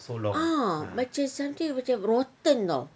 ah macam something macam rotten [tau]